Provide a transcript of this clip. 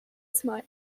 smile